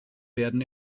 werden